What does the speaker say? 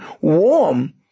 warm